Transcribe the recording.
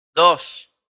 dos